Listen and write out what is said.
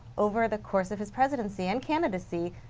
over the course of his presidency, and candidacy,